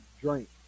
drink